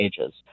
ages